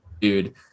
dude